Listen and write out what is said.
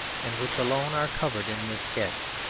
and which alone are covered in this sketch,